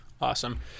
Awesome